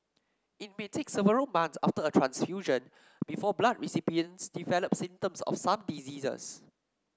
it may take several months after a transfusion before blood recipients develop symptoms of some diseases